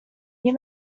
nie